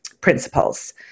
principles